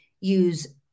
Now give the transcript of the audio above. use